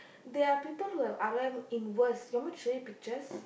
they're people who have R_O_M in worst you want to show you pictures